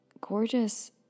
gorgeous